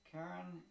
Karen